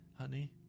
Honey